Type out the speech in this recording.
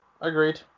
agreed